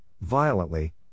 violently